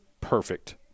perfect